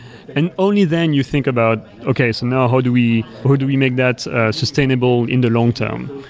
and only then you think about, okay. so now how do we ah do we make that sustainable in the long-term?